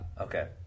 Okay